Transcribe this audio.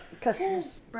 customers